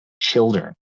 children